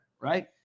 Right